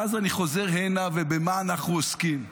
ואז חוזר הנה, ובמה אנחנו עוסקים?